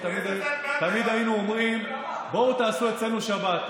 תמיד היינו אומרים: בואו תעשו אצלנו שבת,